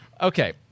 Okay